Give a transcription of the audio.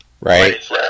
Right